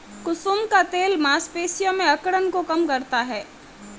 कुसुम का तेल मांसपेशियों में अकड़न को कम करता है